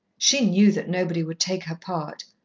she knew that nobody would take her part.